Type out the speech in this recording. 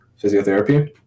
physiotherapy